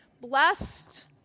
Blessed